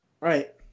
Right